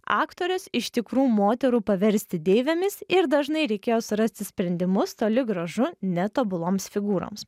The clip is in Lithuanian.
aktores iš tikrų moterų paversti deivėmis ir dažnai reikėjo surasti sprendimus toli gražu ne tobuloms figūroms